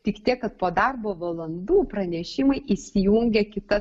tik tiek kad po darbo valandų pranešimai įsijungia kita